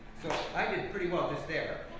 i did pretty well just there.